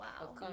wow